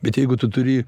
bet jeigu tu turi